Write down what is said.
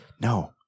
No